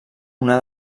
una